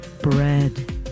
bread